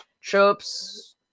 tropes